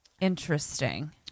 interesting